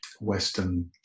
Western